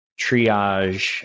triage